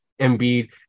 Embiid